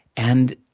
and,